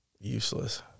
useless